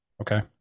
Okay